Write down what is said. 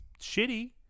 shitty